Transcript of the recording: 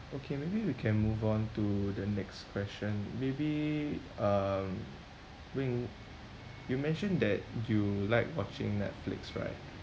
okay maybe we can move on to the next question maybe um wing you mentioned that you like watching Netflix right